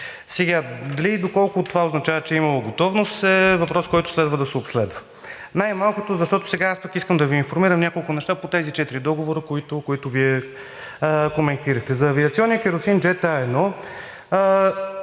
Дали и доколко това означава, че е имало готовност, е въпрос, който следва да се обследва, най-малкото, защото сега аз искам да Ви информирам няколко неща по тези четири договора, които Вие коментирахте. За авиационния керосин Jet A-1